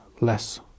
less